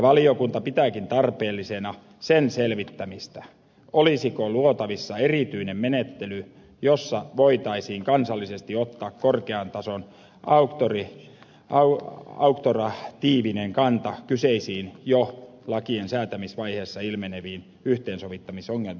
valiokunta pitääkin tarpeellisena sen selvittämistä olisiko luotavissa erityinen menettely jossa voitaisiin kansallisesti ottaa korkean tason auktoratiivinen kanta kyseisiin jo lakien säätämisvaiheessa ilmeneviin yhteensovittamisongelmiin